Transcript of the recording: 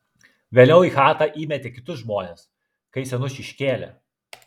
vėliau į chatą įmetė kitus žmones kai senus iškėlė